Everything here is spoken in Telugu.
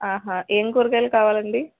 ఆహా ఏం కూరగాయలు కావాలి అండి